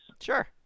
Sure